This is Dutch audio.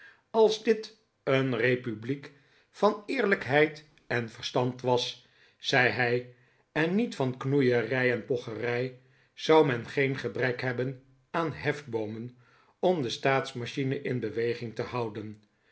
als dit een republiek van eerlijkheid en verstand was zei hij en niet van knoeierij en pocherij zou men geen gebrek hebben aan hefboomen om de staats machine in beweging te houden